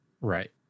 Right